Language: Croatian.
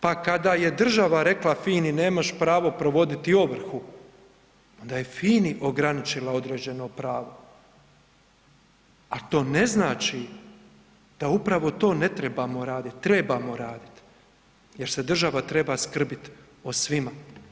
Pa kada je država rekla FINA-i nemaš pravo provoditi ovrhu, onda je FINA-i ograničila određeno pravo a to ne znači da upravo to ne trebamo radit, trebamo radit jer se država treba skrbit o svima.